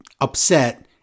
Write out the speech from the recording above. upset